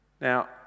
Now